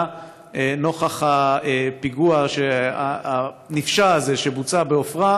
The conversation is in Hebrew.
נוכח הפיגוע הנפשע הזה שבוצע בעופרה,